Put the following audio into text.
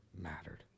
mattered